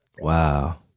Wow